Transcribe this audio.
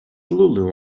lulu